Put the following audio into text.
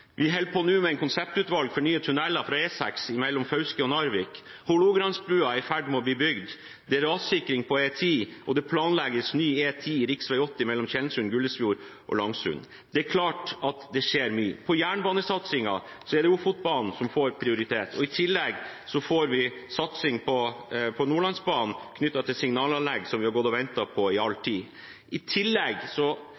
med et konseptvalg for nye tunneler på E6 mellom Fauske og Narvik, Hålogalandsbrua er i ferd med å bygges, det er rassikring på E10, og det planlegges ny E10/rv. 80 mellom Tjeldsund, Gullesfjord og Ramsund. Det er klart at det skjer mye. Innen jernbanesatsingen får Ofotbanen prioritet. I tillegg får vi satsing på Nordlandsbanen, knyttet til signalanlegg som vi har gått og ventet på i all